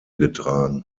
getragen